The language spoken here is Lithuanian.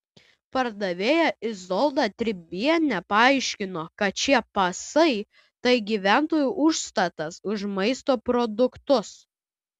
pardavėja izolda tribienė paaiškino kad šie pasai tai gyventojų užstatas už maisto produktus